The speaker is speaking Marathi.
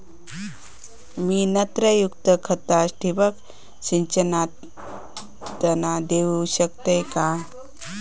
मी नत्रयुक्त खता ठिबक सिंचनातना देऊ शकतय काय?